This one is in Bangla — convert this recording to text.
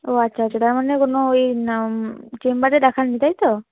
ও আচ্ছা আচ্ছা তার মানে কোনো ওই নাম চেম্বারে দেখান নি তাই তো